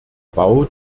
bau